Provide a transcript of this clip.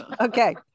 Okay